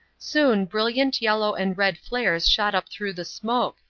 soon brilliant yellow and red flares shot up through the smoke,